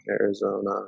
Arizona